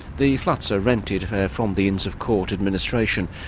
the flats are rented from the inns of court administration,